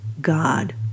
God